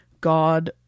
God